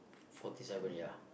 forty seven ya